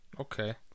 Okay